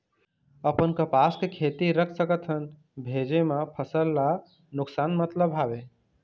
अपन कपास के खेती रख सकत हन भेजे मा फसल ला नुकसान मतलब हावे?